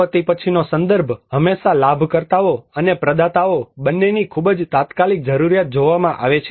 આપત્તિ પછીનો સંદર્ભ હંમેશાં લાભકર્તાઓ અને પ્રદાતાઓ બંનેની ખૂબ જ તાત્કાલિક જરૂરિયાત જોવામાં આવે છે